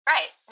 Right